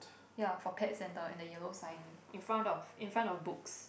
ya for pet centre and the yellow sign in front of in front of books